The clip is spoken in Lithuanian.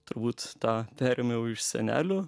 turbūt tą perėmiau iš senelių